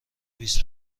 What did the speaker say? بیست